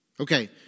Okay